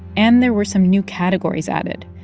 and there were some new categories added,